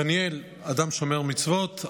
דניאל אדם שומר מצוות,